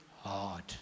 Hard